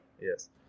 Yes